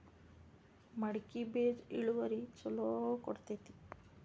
ಮಡಕಿ ಬೇಜ ಇಳುವರಿ ಛಲೋ ಕೊಡ್ತೆತಿ?